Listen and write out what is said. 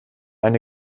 eine